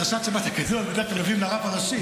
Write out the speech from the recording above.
דרשה של שבת הגדול בדרך כלל מביאים לרב הראשי,